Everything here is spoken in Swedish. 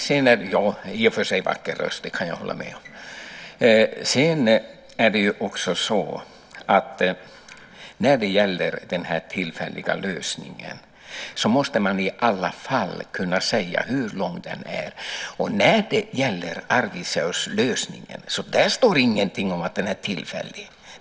Herr talman! Nej, men det är svårt att låta bli att tro om man hör rösten själv som säger det. När det gäller den här tillfälliga lösningen måste man i alla fall kunna säga hur lång tid det handlar om. Och när det gäller Arvidsjaurslösningen står det ingenting om att den är tillfällig.